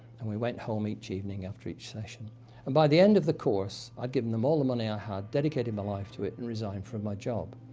and we went home each evening after each session. and by the end of the course, i'd given them all the money i had, dedicated my life to it, and resigned from my job.